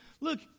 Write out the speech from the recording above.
look